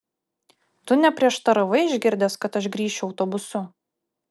tu neprieštaravai išgirdęs kad aš grįšiu autobusu